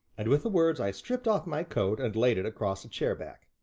and with the words i stripped off my coat and laid it across a chairback.